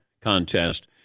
contest